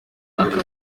aka